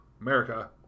America